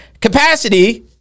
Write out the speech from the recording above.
Capacity